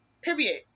Period